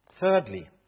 Thirdly